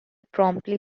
promptly